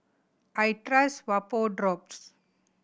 I trust Vapodrops